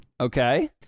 Okay